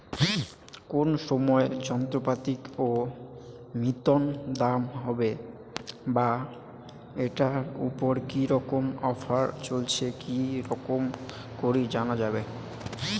কোন সময় যন্ত্রপাতির কি মতন দাম হবে বা ঐটার উপর কি রকম অফার চলছে কি রকম করি জানা যাবে?